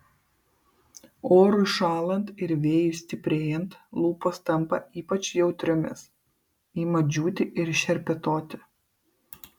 orui šąlant ir vėjui stiprėjant lūpos tampa ypač jautriomis ima džiūti ir šerpetoti